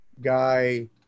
guy